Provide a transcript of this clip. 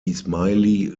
ismaili